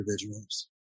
individuals